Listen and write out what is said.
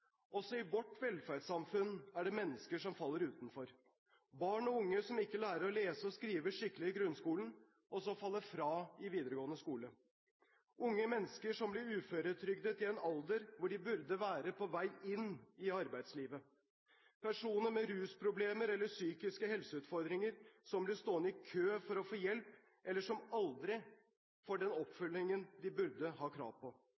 Også i vårt velferdssamfunn er det mennesker som faller utenfor, som barn og unge som ikke lærer å lese og skrive skikkelig i grunnskolen og faller fra i videregående skole, unge mennesker som blir uføretrygdet i en alder da de burde være på vei inn i arbeidslivet, personer med rusproblemer eller psykiske helseutfordringer som blir stående i kø for å få hjelp eller aldri får den oppfølgingen de burde ha krav på.